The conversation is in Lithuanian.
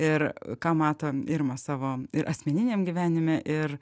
ir ką mato irma savo ir asmeniniam gyvenime ir